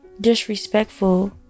disrespectful